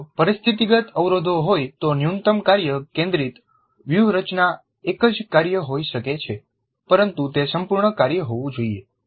જો પરિસ્થિતિગત અવરોધો હોય તો ન્યૂનતમ કાર્ય કેન્દ્રિત વ્યૂહરચના એક જ કાર્ય હોઈ શકે છે પરંતુ તે સંપૂર્ણ કાર્ય હોવું જોઈએ